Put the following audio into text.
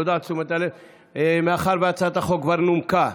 תודה על תשומת הלב, מאחר שהצעת החוק כבר נומקה.